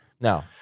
No